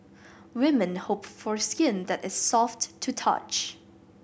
women hope for skin that is soft to touch